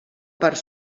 part